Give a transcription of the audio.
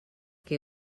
que